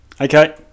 Okay